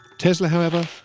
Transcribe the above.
tesla, however,